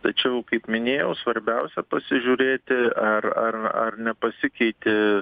tačiau kaip minėjau svarbiausia pasižiūrėti ar ar ar nepasikeitė